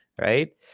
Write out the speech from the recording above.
right